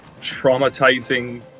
traumatizing